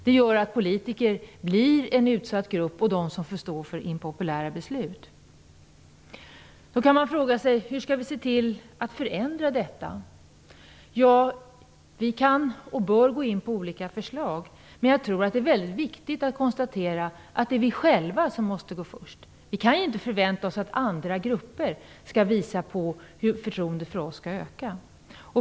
Det gör att politiker blir en utsatt grupp och får stå för impopulära beslut. Då kan man fråga sig hur vi skall kunna förändra detta. Ja, vi kan och bör beakta olika förslag. Det är väldigt viktigt att konstatera att det är vi själva som måste gå först. Vi kan inte förvänta oss att andra grupper skall visa hur förtroendet för oss skall öka.